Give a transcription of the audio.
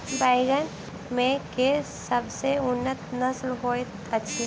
बैंगन मे केँ सबसँ उन्नत नस्ल होइत अछि?